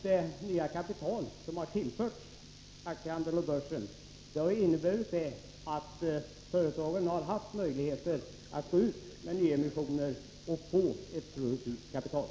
Det nya kapital som har tillförts aktiehandeln och börsen har inneburit att företagen fått möjlighet att nyemittera och få ett produktivt kapital.